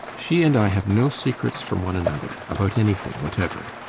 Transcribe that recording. she and i have no secrets from one another about anything whatever.